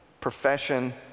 profession